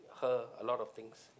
her a lot of things